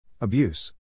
Abuse